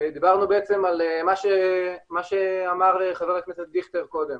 דיברנו על מה שאמר חבר הכנסת דיכטר קודם,